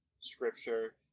Scripture